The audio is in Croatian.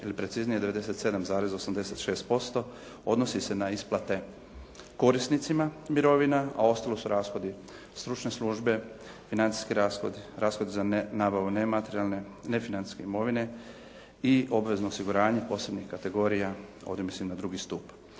ili preciznije 97,86% odnosi se na isplate korisnicima mirovina a ostalo su rashodi stručne službe, financijski rashodi, rashodi za nabavu nematerijalne, nefinancijske imovine i obvezno osiguranje posebnih kategorija, ovdje mislim na drugi stup.